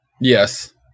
yes